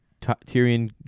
Tyrion